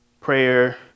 prayer